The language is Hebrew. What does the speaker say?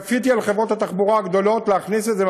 כפיתי על חברות התחבורה הגדולות להכניס את זה,